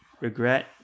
Regret